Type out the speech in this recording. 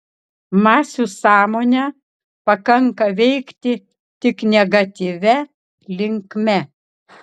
masių sąmonę pakanka veikti tik negatyvia linkme